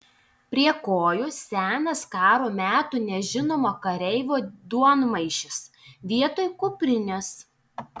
prie kojų senas karo metų nežinomo kareivio duonmaišis vietoj kuprinės